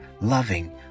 loving